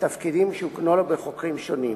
לתפקידים שהוקנו לו בחוקים שונים.